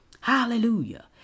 Hallelujah